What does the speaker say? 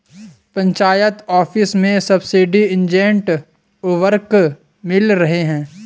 panchayat office में सब्सिडाइज्ड उर्वरक मिल रहे हैं